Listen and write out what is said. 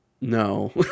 No